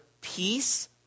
peace